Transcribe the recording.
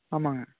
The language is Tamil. ஆமாங்க